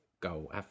goal